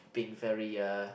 being very uh